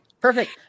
perfect